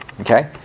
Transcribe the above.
Okay